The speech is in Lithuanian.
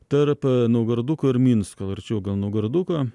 tarp naugarduko ir minsko arčiau naugarduko